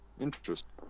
interesting